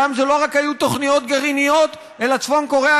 שם לא רק היו תוכניות גרעיניות אלא צפון קוריאה,